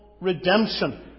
redemption